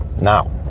now